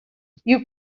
you